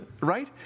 right